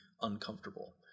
uncomfortable